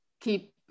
keep